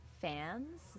fans